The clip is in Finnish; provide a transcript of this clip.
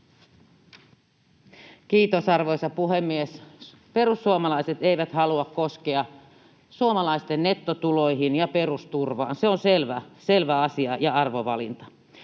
Kiitos, arvoisa puhemies! Perussuomalaiset eivät halua koskea suomalaisten nettotuloihin ja perusturvaan. Se on selvä asia ja arvovalinta.